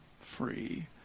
free